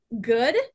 good